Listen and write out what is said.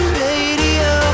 radio